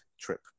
trip